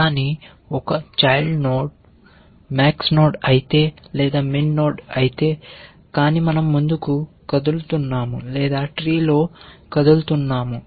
గాని ఒక child node max node అయితే లేదా min నోడ్ అయితే కానీ మన০ ముందుకు కదులుతున్నాము లేదా ట్రీలో కదులుతున్నాము